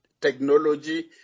technology